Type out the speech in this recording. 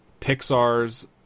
Pixar's